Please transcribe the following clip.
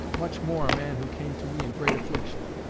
much more a man who came to me in great affliction.